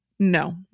No